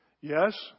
Yes